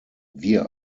wir